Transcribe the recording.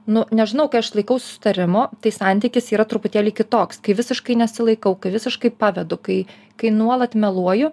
nu nežinau kai aš laikaus susitarimo tai santykis yra truputėlį kitoks kai visiškai nesilaikau kai visiškai pavedu kai kai nuolat meluoju